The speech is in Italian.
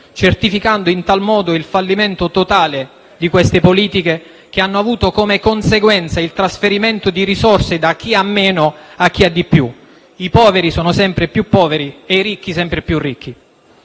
certificando in tal modo il fallimento totale di queste politiche che hanno avuto come conseguenza il trasferimento di risorse da chi ha meno a chi ha di più: i poveri sono sempre più poveri e i ricchi sempre più ricchi.